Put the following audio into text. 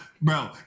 bro